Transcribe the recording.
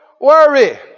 worry